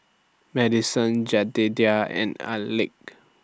Madison Jedediah and Alek